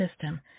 system